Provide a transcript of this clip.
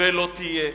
ולא תהיה.